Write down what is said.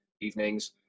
evenings